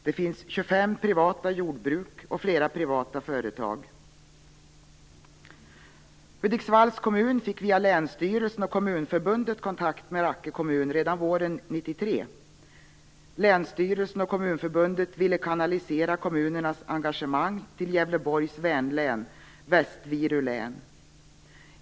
Det finns 25 privata jordbruk och flera privata företag. Kommunförbundet kontakt med Rakke kommun redan våren 1993. Länsstyrelsens och Kommunförbundet ville kanalisera kommunernas engagemang till Gävleborgs vänlän Väst Viru län.